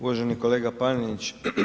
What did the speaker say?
Uvaženi kolega Panenić.